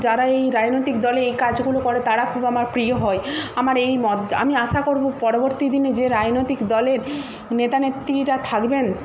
যারা এই রাজনৈতিক দলে এই কাজগুলো করে তারা খুব আমার প্রিয় হয় আমার এই মত আমি আশা করব পরবর্তী দিনে যে রাজনৈতিক দলের নেতা নেত্রীরা থাকবেন